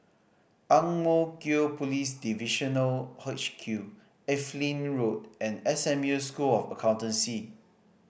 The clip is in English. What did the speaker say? Ang Mo Kio Police Divisional H Q Evelyn Road and S M U School of Accountancy